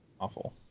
awful